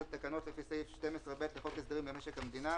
תקנות לפי סעיף 12(ב) לחוק הסדרים במשק המדינה